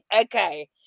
okay